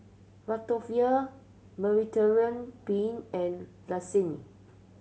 Ratatouille Mediterranean Penne and Lasagne